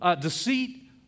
deceit